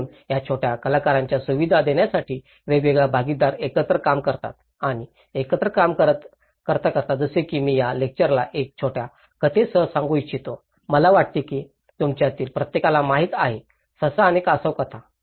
म्हणूनच या छोट्या कलाकारांना सुविधा देण्यासाठी वेगवेगळ्या भागीदारी एकत्र काम करतात आणि एकत्र काम करतात जसे की मी या लेक्चरला एका छोट्या कथेसह सांगू इच्छितो मला वाटते की तुमच्यातील प्रत्येकाला माहित आहे ससा आणि कासव कथा